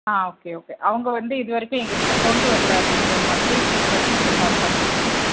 ஆ okay okay அவங்க வந்து இது வரைக்கும் எங்கள்கிட்ட கொண்டு வரல அப்படிங்கிற மாதிரி ஃபீல் பண்ணி நீங்கள் கால் பண்ணுறிங்க இப்போ